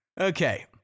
Okay